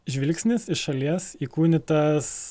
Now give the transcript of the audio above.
žvilgsnis iš šalies įkūnytas